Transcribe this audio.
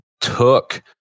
took